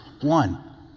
One